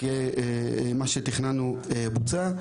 מה שתכננו בוצע.